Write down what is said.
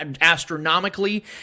astronomically